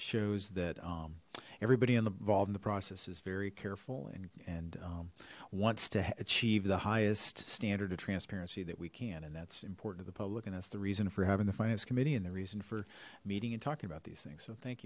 shows that everybody on the vault in the process is very careful and and wants to achieve the highest standard of transparency that we can and that's important to the public and that's the reason for having the finance committee and the reason for meeting and talking about these things so thank